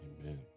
Amen